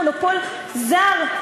מונופול זר.